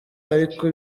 ariko